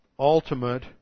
ultimate